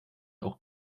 auch